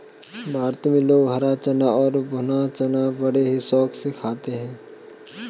भारत में लोग हरा चना और भुना चना बड़े ही शौक से खाते हैं